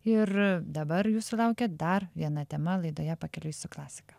ir dabar jūsų laukia dar viena tema laidoje pakeliui su klasika